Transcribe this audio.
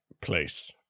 place